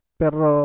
pero